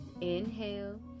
inhale